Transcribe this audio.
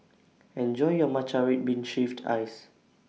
Enjoy your Matcha Red Bean Shaved Ice